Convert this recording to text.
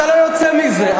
אתה לא יוצא מזה.